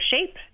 shape